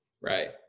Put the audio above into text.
Right